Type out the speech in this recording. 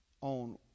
on